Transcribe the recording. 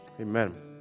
Amen